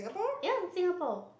ya in Singapore